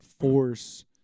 force